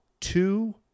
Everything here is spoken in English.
two